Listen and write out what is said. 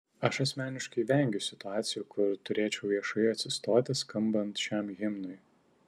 aš asmeniškai vengiu situacijų kur turėčiau viešai atsistoti skambant šiam himnui